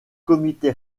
comité